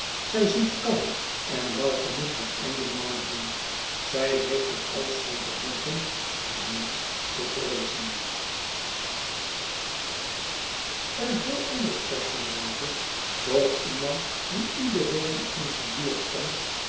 zij ziet kalm en welgemoed haar einde naderen zij heeft er al es van te hopen en niets te vreezen een heel andere personage doch iemand dien iedereen in onze buurt kent